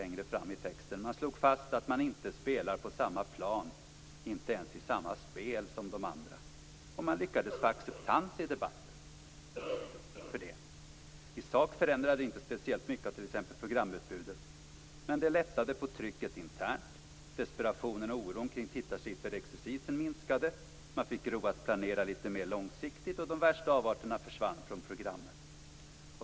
Texten fortsätter längre fram: Man slog fast att man inte spelar på samma plan, inte ens i samma spel, som de andra, och man lyckades få acceptans för det i debatten. I sak förändrade det inte speciellt mycket av t.ex. programutbudet, men det lättade på trycket internt. Desperationen och oron kring tittarsifferexercisen minskade, man fick ro att planera litet mer långsiktigt, och de värsta avarterna försvann från programmen.